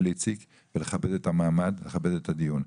איציק ולכבד את המעמד ולכבד את הדיון.